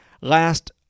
last